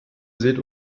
seht